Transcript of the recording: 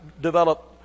develop